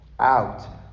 out